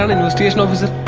um investigation officer?